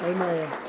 Amen